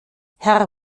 herr